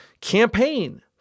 campaign